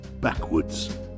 backwards